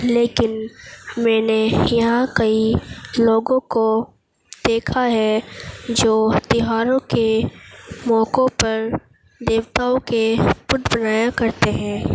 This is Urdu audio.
لیکن میں نے یہاں کئی لوگوں کو دیکھا ہے جو تہواروں کے موقعوں پر دیوتاؤں کے بت بنایا کرتے ہیں